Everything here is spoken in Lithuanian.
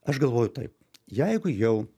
aš galvoju taip jeigu jau